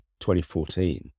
2014